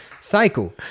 cycle